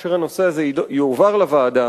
כאשר הנושא הזה יועבר לוועדה.